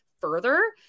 further